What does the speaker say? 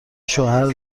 شوهر